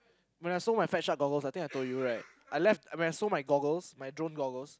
when I sold my goggles I think I told you right I left when I sold my goggles my drone goggles